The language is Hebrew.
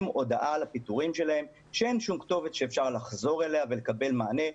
הודעה על הפיטורים שלהם כשאין שם כתובת שאפשר לחזור אליה ולקבל מענה.